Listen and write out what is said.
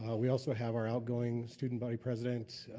we also have our outgoing student body president,